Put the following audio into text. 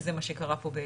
שזה מה שקרה פה בעצם,